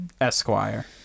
Esquire